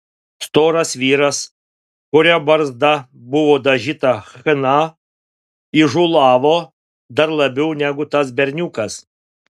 storas vyras kurio barzda buvo dažyta chna įžūlavo dar labiau negu tas berniukas